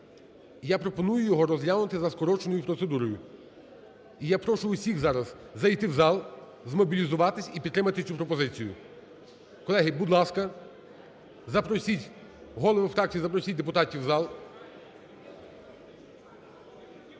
Я пропоную його розглянути за скороченою процедурою. І я прошу всіх зараз зайти в зал, змобілізуватись і підтримати цю пропозицію. Колеги, будь ласка, запросіть, голови фракцій, запросіть депутатів у зал.